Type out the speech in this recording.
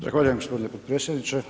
Zahvaljujem gospodine potpredsjedniče.